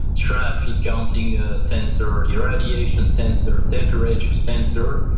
traffic counting ah sensors, irradiation sensors, temperature sensors,